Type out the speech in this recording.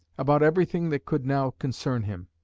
about everything that could now concern him.